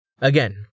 Again